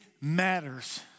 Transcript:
matters